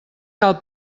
cal